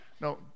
No